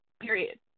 period